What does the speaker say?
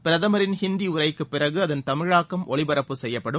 பிரதமரின் ஹிந்திடரைக்குப் பிறகுஅதள் தமிழாக்கம் ஒலிபரப்பு செய்யப்படும்